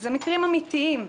אלה מקרים אמיתיים.